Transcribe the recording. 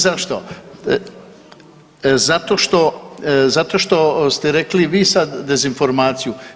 Zato što, zato što ste rekli vi sad dezinformaciju.